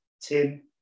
tim